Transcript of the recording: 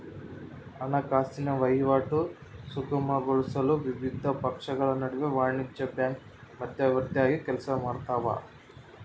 ಹಣಕಾಸಿನ ವಹಿವಾಟು ಸುಗಮಗೊಳಿಸಲು ವಿವಿಧ ಪಕ್ಷಗಳ ನಡುವೆ ವಾಣಿಜ್ಯ ಬ್ಯಾಂಕು ಮಧ್ಯವರ್ತಿಯಾಗಿ ಕೆಲಸಮಾಡ್ತವ